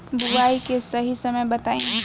बुआई के सही समय बताई?